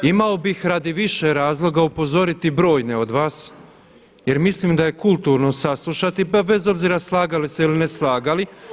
Imao bih radi više razloga upozoriti brojne od vas, jer mislim da je kulturno saslušati, bez obzira slagali se ili ne slagali.